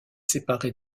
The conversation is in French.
séparée